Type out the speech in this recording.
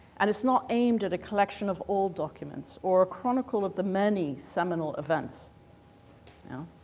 and it's not aimed at a collection of all documents or a chronicle of the many seminal events now